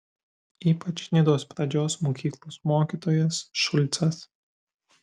ypač nidos pradžios mokyklos mokytojas šulcas